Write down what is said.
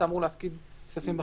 אתה אמור להפקיד כספים בחשבון,